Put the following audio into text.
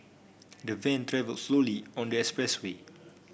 the van travelled slowly on the expressway